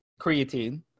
Creatine